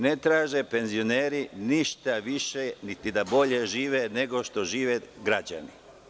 Ne traže penzioneri ništa više niti da bolje žive nego što žive građani.